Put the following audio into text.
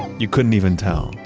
you couldn't even tell.